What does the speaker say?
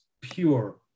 pure